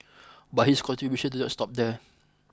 but his contributions do not stop there